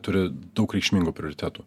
turi daug reikšmingų prioritetų